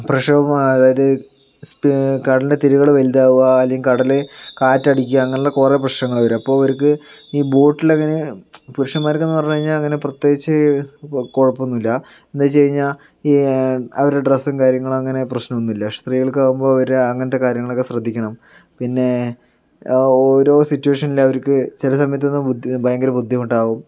പ്രക്ഷോഭം അതായത് കടലിൻ്റെ തിരകൾ വലുതാവുക അല്ലെങ്കിൽ കടല് കാറ്റടിക്കുക അങ്ങനെയുള്ള കുറെ പ്രശ്നങ്ങൾ വരും അപ്പോൾ അവർക്ക് ബോട്ടിലങ്ങനെ പുരുഷന്മാർക്കെന്ന് പറഞ്ഞു കഴിഞ്ഞാൽ അവർക്കിങ്ങനെ പ്രത്യേകിച്ച് കുഴപ്പൊന്നുമില്ല എന്തുവെച്ച് കഴിഞ്ഞാൽ അവരുടെ ഡ്രസ്സും കാര്യങ്ങളും അങ്ങനെ പ്രശ്നമൊന്നുമില്ല പക്ഷെ സ്ത്രീകൾക്കാവുമ്പോ അവരുടെ അങ്ങനത്തെ കാര്യങ്ങളൊക്കെ ശ്രദ്ധിക്കണം പിന്നെ ഓരോ സിറ്റുവേഷനിലവർക്ക് ചില സമയത്ത് അത് ഭയങ്കര ബുദ്ധിമുട്ടാവും